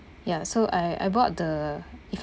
ya so I I bought the if